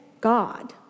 God